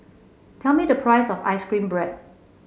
tell me the price of ice cream bread